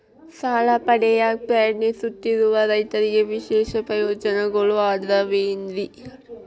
ಸಾಲ ಪಡೆಯಾಕ್ ಪ್ರಯತ್ನಿಸುತ್ತಿರುವ ರೈತರಿಗೆ ವಿಶೇಷ ಪ್ರಯೋಜನಗಳು ಅದಾವೇನ್ರಿ?